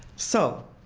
so